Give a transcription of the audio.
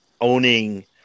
owning